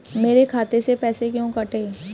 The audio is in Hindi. मेरे खाते से पैसे क्यों कटे?